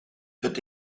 het